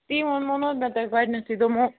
تی ووٚنمو نا حظ مےٚ تۄہہِ گۄڈٕنٮ۪تھٕے دوٚپمو